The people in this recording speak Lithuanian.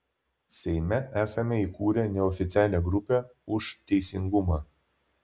seime esame įkūrę neoficialią grupę už teisingumą